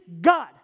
God